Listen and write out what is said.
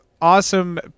Awesome